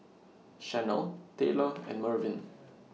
Shanell Taylor and Mervyn